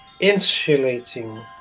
insulating